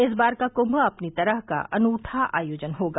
इस बार का कुम्भ अपनी तरह का अनूठा आयोजन होगा